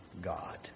God